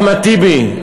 אחמד טיבי,